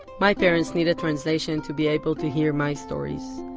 my parents need a translation to be able to hear my stories,